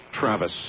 travis